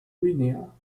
guinea